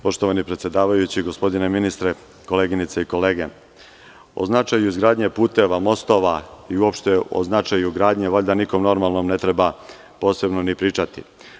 Poštovani predsedavajući, gospodine ministre, koleginice i kolege, o značaju izgradnje puteva, mostova i uopšte o značaju gradnje valjda niko normalnom ne treba posebno ni pričati.